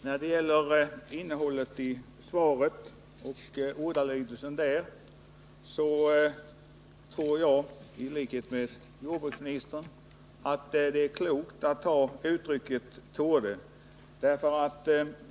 Herr talman! När det gäller innehållet och ordalydelsen i svaret tror jag i likhet med jordbruksministern att det är klokt att använda uttrycket ”torde”.